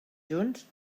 junts